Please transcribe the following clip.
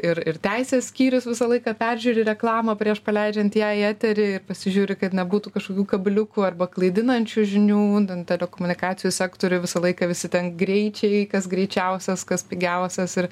ir ir teisės skyrius visą laiką peržiūri reklamą prieš paleidžiant ją į eterį ir pasižiūri kad nebūtų kažkokių kabliukų arba klaidinančių žinių ten tą telekomunikacijų sektorių visą laiką visi ten greičiai kas greičiausias kas pigiausias ir